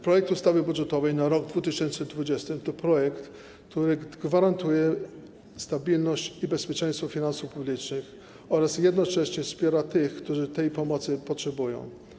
Projekt ustawy budżetowej na rok 2020 to projekt, który gwarantuje stabilność i bezpieczeństwo finansów publicznych oraz jednocześnie wspiera tych, którzy tej pomocy potrzebują.